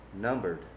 numbered